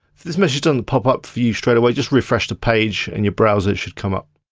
if this message doesn't pop up for you straightaway, just refresh the page in your browser, it should come up.